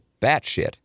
batshit